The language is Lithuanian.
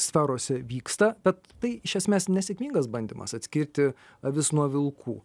sferose vyksta bet tai iš esmės nesėkmingas bandymas atskirti avis nuo vilkų